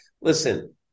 listen